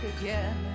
again